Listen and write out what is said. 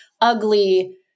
ugly